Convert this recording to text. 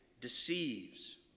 deceives